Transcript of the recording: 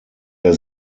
der